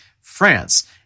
France